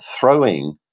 throwing